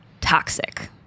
toxic